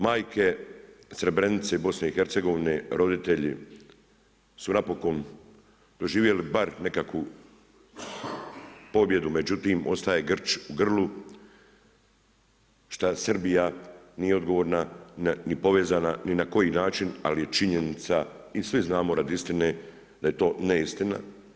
Majke, Srebrenice, BIH, roditelji, su napokon, doživjeli bar nekakvu pobjedu, međutim, ostaje grč u trbuhu šta Srbija nije odgovorna ni povezana ni na koji način, ali je činjenica i svi znamo radi istine da je to neistina.